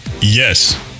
Yes